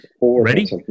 Ready